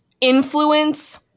influence